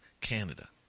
Canada